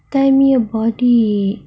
tell me about it